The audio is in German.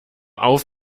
auf